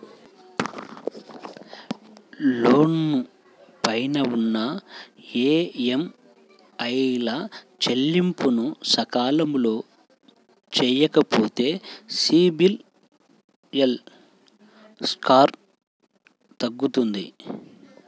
లోను పైన ఉన్న ఈఎంఐల చెల్లింపులను సకాలంలో చెయ్యకపోతే సిబిల్ స్కోరు తగ్గుతుంది